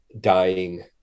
dying